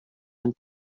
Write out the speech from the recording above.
and